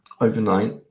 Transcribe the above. Overnight